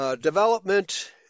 Development